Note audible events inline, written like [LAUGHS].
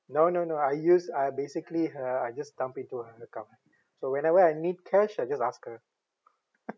no no no I use I basically uh I just dump into her account so whenever I need cash I just ask her [LAUGHS]